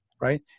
right